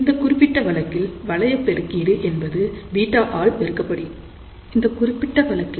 இந்தக் குறிப்பிட்ட வழக்கில் வளைய பெருக்கீடு என்பது β ஆல் பெருக்கப்பட்டுள்ளது